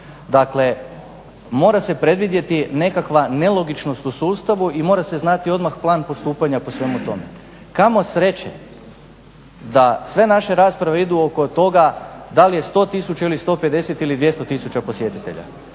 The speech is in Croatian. Dakle, mora se predvidjeti nekakva nelogičnost u sustavu i mora se znati odmah plan postupanja po svemu tome. Kamo sreće da sve naše rasprave idu oko toga da li je 100 tisuća ili 150 ili 200 tisuća posjetitelja.